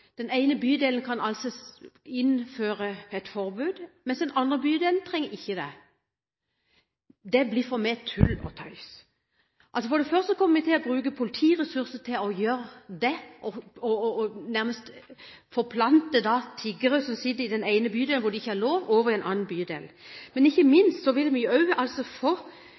den ene bydelen kan innføre et forbud, mens den andre bydelen ikke trenger det. Det blir for meg tull og tøys. For det første kommer vi til å bruke politiressurser til å gjøre det, og vi vil nærmest forplante tiggere som sitter i den ene bydelen, hvor de ikke har lov til å være, over til en annen bydel. Men ikke minst vil vi også få